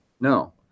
no